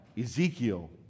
Ezekiel